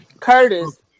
Curtis